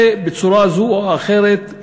ובצורה זו או אחרת,